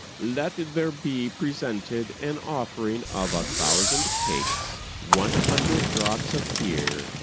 let there be presented an offering of a thousand cakes, one hundred draughts of beer,